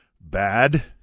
bad